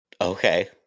Okay